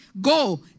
go